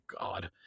God